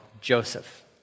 Joseph